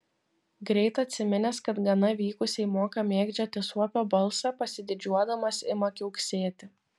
greit atsiminęs kad gana vykusiai moka mėgdžioti suopio balsą pasididžiuodamas ima kiauksėti